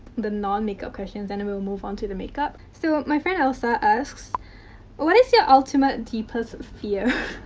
the non-makeup questions. then and we'll move on to the makeup. so, my friend elsa asks what is your ultimate deepest fear?